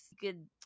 good